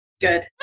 Good